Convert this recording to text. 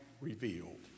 revealed